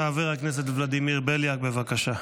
חבר הכנסת ולדימיר בליאק, בבקשה.